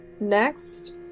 Next